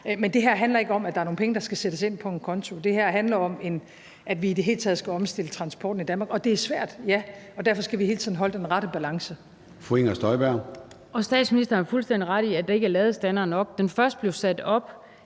Men det her handler ikke om, at der er nogle penge, der skal sættes ind på en konto; det her handler om, at vi i det hele taget skal omstille transporten i Danmark. Og det er svært, ja, og derfor skal vi hele tiden holde den rette balance. Kl. 13:20 Formanden (Søren Gade): Fru Inger Støjberg. Kl. 13:20 Inger Støjberg (DD): Statsministeren har fuldstændig ret i, at der ikke er ladestandere nok. Den første blev sat op